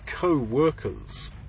co-workers